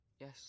yes